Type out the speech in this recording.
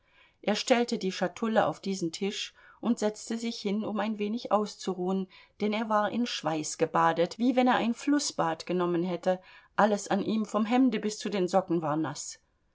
er stellte die schatulle auf diesen tisch und setzte sich hin um ein wenig auszuruhen denn er war in schweiß gebadet wie wenn er ein flußbad genommen hätte alles an ihm vom hemde bis zu den socken war naß